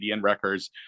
Records